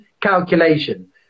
calculation